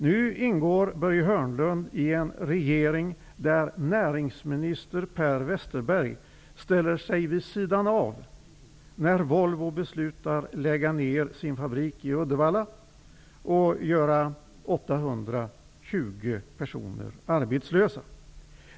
Nu ingår Börje Hörnlund i en regering där näringsminister Per Westerberg ställer sig vid sidan när Volvo beslutar att lägga ned sin fabrik i Uddevalla och göra 820 personer arbetslösa.